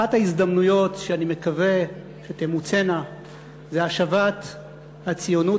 אחת ההזדמנויות שאני מקווה שתמוצינה זה השבת הציונות